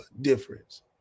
difference